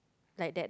like that